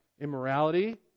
immorality